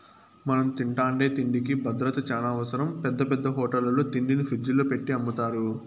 మనం తింటాండే తిండికి భద్రత చానా అవసరం, పెద్ద పెద్ద హోటళ్ళల్లో తిండిని ఫ్రిజ్జుల్లో పెట్టి అమ్ముతారు